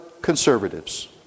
conservatives